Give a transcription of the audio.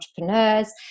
entrepreneurs